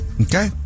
Okay